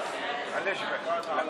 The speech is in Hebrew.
מעולם,